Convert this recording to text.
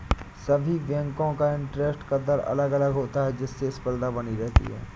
सभी बेंको का इंटरेस्ट का दर अलग अलग होता है जिससे स्पर्धा बनी रहती है